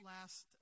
last